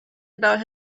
about